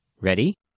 Ready